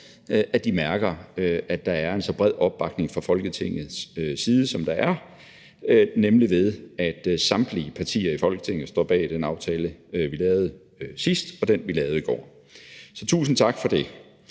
at de mærker, at der er en så bred opbakning fra Folketingets side, som der er, nemlig ved, at samtlige partier i Folketinget står bag den aftale, vi lavede sidst, og den vi lavede i går. Så tusind tak for det,